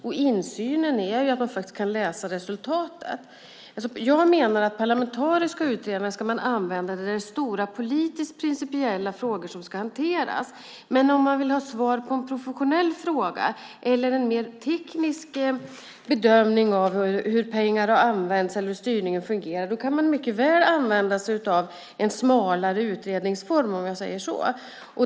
Och insynen är att man faktiskt kan läsa resultatet. Jag menar att parlamentariska utredningar ska man använda när det är politiskt stora principiella frågor som ska hanteras. Men om man vill ha svar på en professionell fråga eller ha en mer teknisk bedömning av hur pengar har använts eller hur styrningen fungerar kan man mycket väl använda sig av en smalare utredningsform.